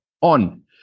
on